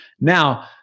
Now